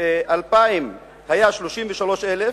2000 היו 33,000,